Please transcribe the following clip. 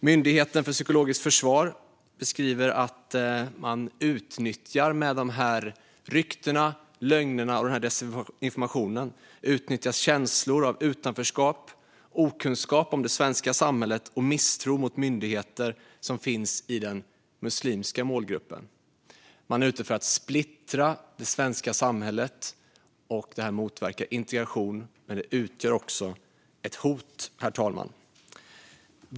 Myndigheten för psykologiskt försvar beskriver att man med dessa rykten och lögner och denna desinformation utnyttjar känslor av utanförskap, okunskap om det svenska samhället och misstro mot myndigheter som finns i den muslimska målgruppen. Man är ute efter att splittra det svenska samhället. Det här motverkar integrationen, men det utgör också ett hot, herr talman.